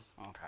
Okay